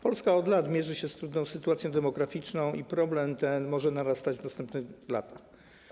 Polska od lat mierzy się z trudną sytuacją demograficzną, a problem ten może narastać w następnych latach.